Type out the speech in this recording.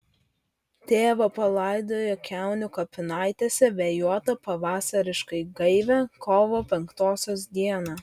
tėvą palaidojo kiaunių kapinaitėse vėjuotą pavasariškai gaivią kovo penktosios dieną